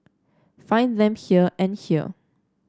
find them here and here